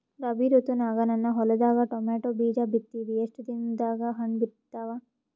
ರಾಬಿ ಋತುನಾಗ ನನ್ನ ಹೊಲದಾಗ ಟೊಮೇಟೊ ಬೀಜ ಬಿತ್ತಿವಿ, ಎಷ್ಟು ದಿನದಾಗ ಹಣ್ಣ ಬಿಡ್ತಾವ?